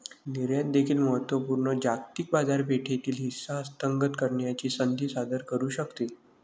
निर्यात देखील महत्त्व पूर्ण जागतिक बाजारपेठेतील हिस्सा हस्तगत करण्याची संधी सादर करू शकते